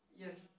Yes